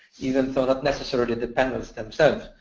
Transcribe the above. even though not necessarily dependents themselves.